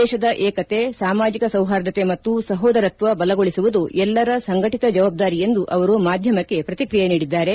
ದೇಶದ ಏಕತೆ ಸಾಮಾಜಕ ಸೌಹಾರ್ದತೆ ಮತ್ತು ಸಹೋದರತ್ವ ಬಲಗೊಳಿಸುವುದು ಎಲ್ಲರ ಸಂಘಟಿತ ಜವಾಬ್ದಾರಿ ಎಂದು ಅವರು ಮಾಧ್ಯಮಕ್ಕೆ ಪ್ರತಿಕ್ರಿಯೆ ನೀಡಿದ್ದಾರೆ